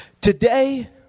Today